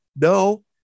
No